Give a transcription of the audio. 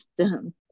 system